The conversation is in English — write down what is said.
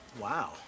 Wow